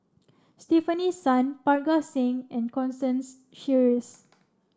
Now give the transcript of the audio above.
Stefanie Sun Parga Singh and Constance Sheares